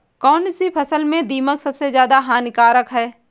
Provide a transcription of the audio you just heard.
कौनसी फसल में दीमक सबसे ज्यादा हानिकारक है?